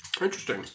Interesting